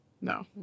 No